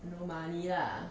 no money lah